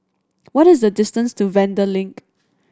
what is the distance to Vanda Link